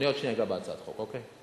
אני עוד שנייה אגע בהצעת החוק, אוקיי?